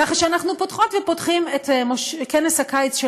כך שאנחנו פותחות ופותחים את כנס הקיץ של